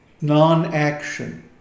non-action